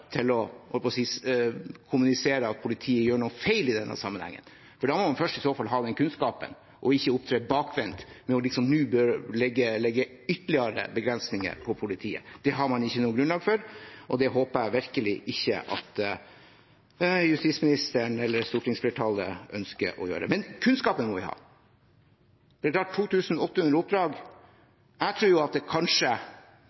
til – jeg holdt på å si – å kommunisere at politiet gjør noe feil i denne sammenhengen. Da må man i så fall først ha den kunnskapen, ikke opptre bakvendt med nå å legge ytterligere begrensninger på politiet. Det har man ikke noe grunnlag for, og det håper jeg virkelig ikke at justisministeren eller stortingsflertallet ønsker å gjøre – men kunnskapen må vi ha. Når det